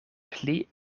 pli